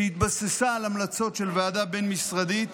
שהתבססה על ההמלצות של ועדה בין-משרדית